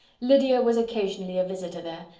lydia was occasionally a visitor there,